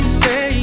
say